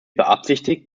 beabsichtigt